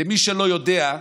למי שלא יודע,